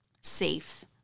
safe